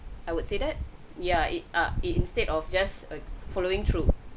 I would say that yeah it err instead of just a following through